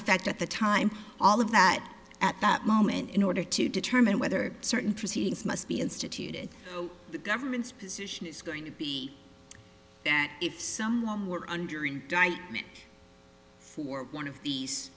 effect at the time all of that at that moment in order to determine whether certain proceedings must be instituted so the government's position is going to be that if someone were under indictment one of these